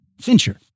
Fincher